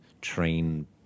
train